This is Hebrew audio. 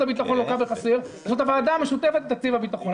הביטחון לוקה בחסר זאת הוועדה המשותפת לתקציב הביטחון.